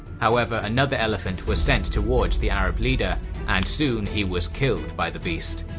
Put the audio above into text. however, another elephant was sent towards the arab leader and soon he was killed by the beast.